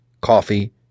Coffee